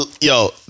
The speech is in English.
Yo